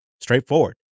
straightforward